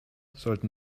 sollten